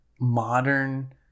modern